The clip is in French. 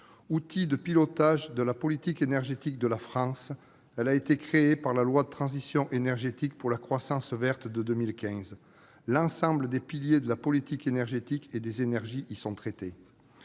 outil de pilotage de la politique énergétique de la France a été créé par la loi de 2015 de transition énergétique pour la croissance verte. L'ensemble des piliers de la politique énergétique et des énergies y sont traités.